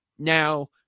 Now